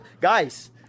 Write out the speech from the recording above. Guys